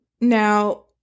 Now